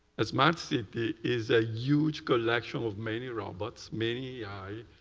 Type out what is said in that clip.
a smart city is a huge collection of many robots, many ai,